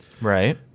Right